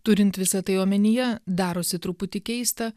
turint visa tai omenyje darosi truputį keista